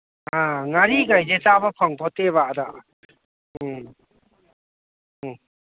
ꯑ ꯉꯥꯔꯤꯀꯥꯏꯁꯦ ꯆꯥꯕ ꯐꯪꯄꯣꯠꯇꯦꯕ ꯑꯥꯗ ꯎꯝ ꯎꯝ